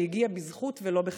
שהגיע בזכות ולא בחסד.